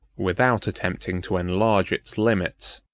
without attempting to enlarge its limits.